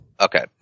Okay